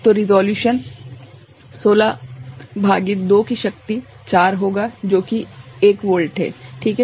तो रिसोल्यूशन 16 भागित 2 की शक्ति 4 होगा जो कि 1 वोल्ट हैं ठीक है